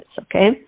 okay